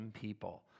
people